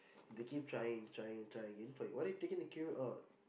they keep trying and trying and trying and trying what it take to kill you out